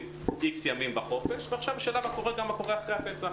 איקס ימים בחופש ועכשיו השאלה מה קורה אחרי הפסח?